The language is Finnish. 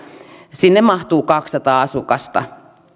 sinne mahtuu kaksisataa asukasta